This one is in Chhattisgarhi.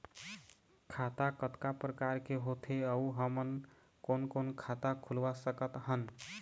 खाता कतका प्रकार के होथे अऊ हमन कोन कोन खाता खुलवा सकत हन?